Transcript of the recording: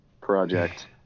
project